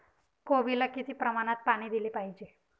कोबीला किती प्रमाणात पाणी दिले पाहिजे?